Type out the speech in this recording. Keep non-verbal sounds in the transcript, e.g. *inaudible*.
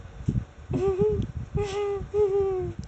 *laughs*